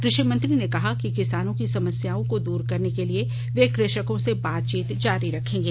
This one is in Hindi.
क्रषि मंत्री ने कहा कि किसानों की समस्याओं को दूर करने के लिए वे कृषकों से बातचीत जारी रखेंगे